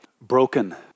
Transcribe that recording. broken